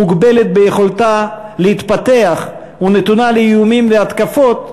מוגבלת ביכולתה להתפתח ונתונה לאיומים והתקפות,